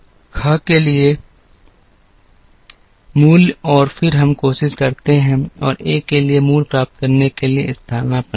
ख के लिए मूल्य और फिर हम कोशिश करते हैं और एक के लिए मूल्य प्राप्त करने के लिए स्थानापन्न